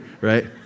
right